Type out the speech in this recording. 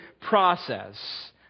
process